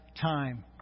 time